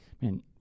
man